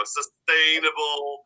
sustainable